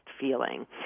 feeling